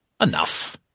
Enough